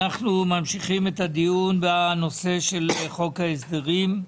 אנחנו ממשיכים את הדיון בנושא של חוק ההסדרים.